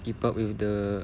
keep up with the